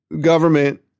government